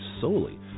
solely